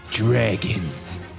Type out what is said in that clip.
Dragons